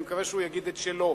אני מקווה שהוא יגיד את שלו.